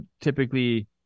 typically